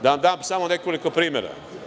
Da vam dam samo nekoliko primera.